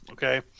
Okay